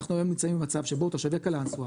אני אומר שאנחנו נמצאים היום במצב שבו תושבי קלנסווה